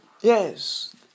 Yes